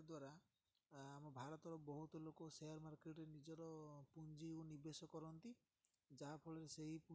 share market ଦ୍ଵାରା ଆମ ଭାରତର ବହୁତ ଲୋକ ସେୟାର୍ ମାର୍କେଟ୍ରେ ନିଜର ପୁଞ୍ଜିକୁ ନିବେଶ କରନ୍ତି ଯାହାଫଳରେ ସେଇ ପୁଞ୍ଜିଗୁଡ଼ିକ